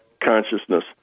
consciousness